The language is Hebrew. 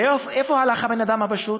ואיפה הלך הבן-אדם הפשוט?